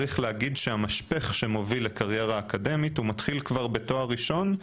צריך להגיד שהמשפך שמוביל לקריירה אקדמית מתחיל כבר בתואר ראשון,